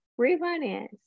refinance